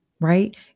right